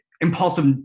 impulsive